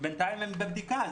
בינתיים הם בבדיקה.